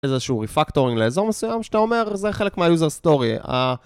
איזה שהוא ריפקטורינג לאזור מסוים שאתה אומר זה חלק מהיוזר סטורי